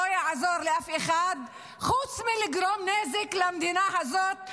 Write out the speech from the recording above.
יעזור לאף אחד חוץ מלגרום נזק למדינה הזאת,